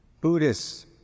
Buddhists